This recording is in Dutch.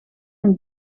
een